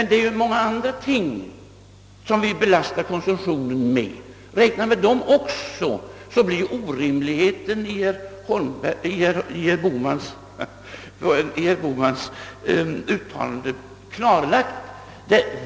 Det är alltså många andra ting som vi också belastar konsumtionen med. Räkna även med dem, så blir det orimliga i herr Bohmans uttalande klarlagt.